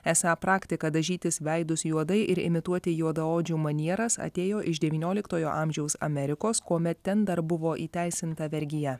esą praktika dažytis veidus juodai ir imituoti juodaodžių manieras atėjo iš devynioliktojo amžiaus amerikos kuomet ten dar buvo įteisinta vergija